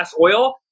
oil